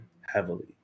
heavily